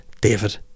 David